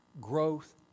Growth